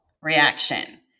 reaction